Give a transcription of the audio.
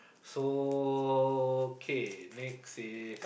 so okay next is